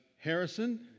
Harrison